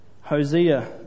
Hosea